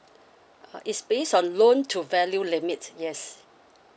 uh it's based on loan to value limit yes